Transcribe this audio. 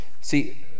See